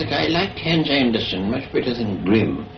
i liked hans andersen much better than grimm.